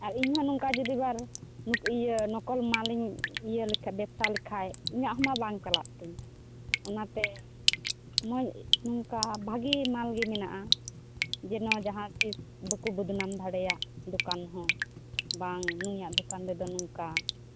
ᱟᱨ ᱤᱧᱦᱚᱸ ᱡᱩᱫᱤ ᱵᱟᱨ ᱤᱭᱟᱹ ᱱᱚᱠᱚᱞ ᱢᱟᱞᱤᱧ ᱤᱭᱟᱹ ᱞᱮᱠᱷᱟᱱ ᱵᱮᱵᱥᱟ ᱞᱮᱠᱷᱟᱱ ᱤᱧᱟᱹᱜ ᱦᱚᱸᱢᱟ ᱵᱟᱝ ᱪᱟᱞᱟᱜ ᱛᱤᱧ ᱚᱱᱟᱛᱮ ᱢᱟᱹᱭ ᱱᱚᱝᱠᱟ ᱵᱷᱟᱹᱜᱤ ᱢᱟᱞᱜᱮ ᱢᱮᱱᱟᱜᱼᱟ ᱡᱮᱱᱚ ᱡᱟᱦᱟᱛᱤᱥ ᱵᱟᱠᱚ ᱵᱚᱫᱽᱱᱟᱢ ᱫᱟᱲᱮᱭᱟᱜᱼᱟ ᱫᱚᱠᱟᱱ ᱦᱚᱸ ᱵᱟᱝ ᱱᱩᱭᱟᱜ ᱫᱚᱠᱟᱱ ᱨᱮᱫᱚ ᱱᱚᱝᱠᱟ